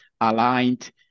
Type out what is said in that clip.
aligned